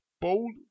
bold